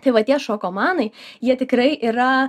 tai va tie šokomanai jie tikrai yra